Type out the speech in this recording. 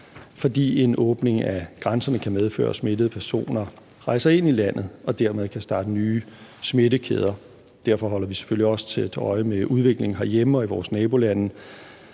fordi en åbning af grænserne kan medføre, at smittede personer rejser ind i landet og dermed kan starte nye smittekæder. Derfor holder vi selvfølgelig også nøje øje med udviklingen herhjemme og i vores nabolande,